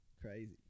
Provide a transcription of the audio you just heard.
Crazy